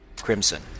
crimson